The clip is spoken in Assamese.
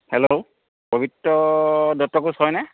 হেল্ল' পবিত্ৰ দত্ত কোঁচ হয়নে